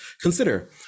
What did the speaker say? consider